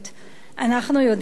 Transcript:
אנחנו יודעים את האמת.